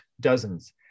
dozens